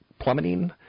plummeting